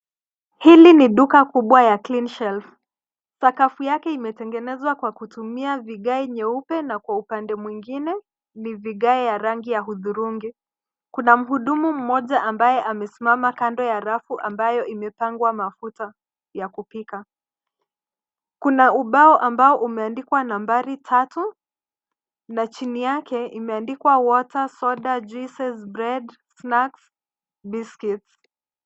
Hili ni duka kubwa ya Cleanshelf . Sakafu yake imetengenezwa kwa kutumia vigae nyeupe na kwa upande mwingine ni vigae ya rangi ya hudhurungi. Kuna mhudumu mmoja ambaye amesimama kando ya rafu ambayo imepangwa mafuta ya kupika. Kuna ubao ambao umeandikwa 3 na chini yake imeandikwa water, soda, juices, bread, snacks, biscuits .